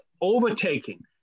overtaking